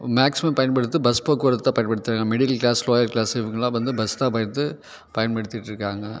maximum பயன்படுத்து bus போக்குவரத்த பயன்படுத்துகிறாங்க மிடில் கிளாஸ் லோயர் கிளாஸு இவங்கள்லாம் வந்து பஸ் தான் பயன்படுத்திகிட்டு இருக்காங்க